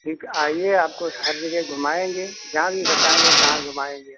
ठीक आइये आपको हर जगह घूमाएँगे जहाँ भी बताएँगे तहाँ घुमाएंगे